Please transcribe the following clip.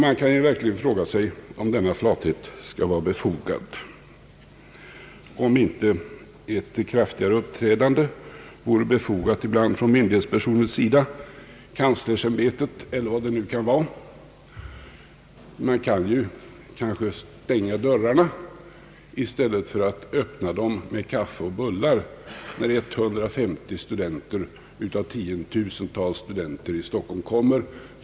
Man kan verkligen fråga sig om denna flathet är befogad, om inte ett kraftigare uppträdande ibland vore berättigat från myndighetspersoners sida, kanslersämbetet eller vad det nu kan vara. Man kan kanske stänga dörrarna i stället för att öppna dem och bjuda på kaffe och bullar när 150 studenter av tiotusentals i Stockholm kommer.